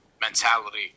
mentality